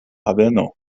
haveno